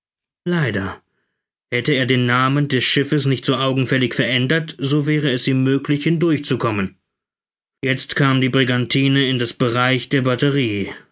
leider hätte er den namen des schiffes nicht so augenfällig verändert so wäre es ihm möglich hindurch zu kommen jetzt kam die brigantine in das bereich der batterie